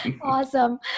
Awesome